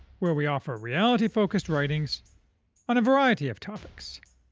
where we offer reality-focused writings on a variety of topics,